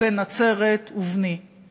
בן נצרת ובני";